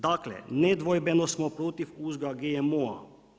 Dakle, nedvojbeno smo protiv uzgoja GMO-a.